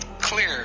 clear